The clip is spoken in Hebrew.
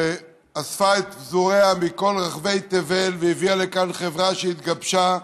שאספה את פזוריה מכל רחבי תבל והביאה לכאן חברה שהתגבשה,